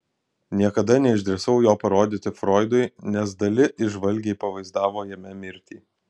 niekada neišdrįsau jo parodyti froidui nes dali įžvalgiai pavaizdavo jame mirtį